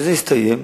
כשזה יסתיים,